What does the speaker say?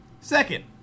Second